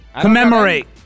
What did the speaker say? Commemorate